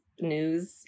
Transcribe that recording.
news